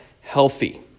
healthy